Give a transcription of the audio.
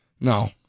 No